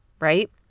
Right